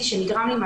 להמשיך לנגן ולשיר,